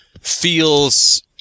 feels